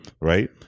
right